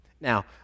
Now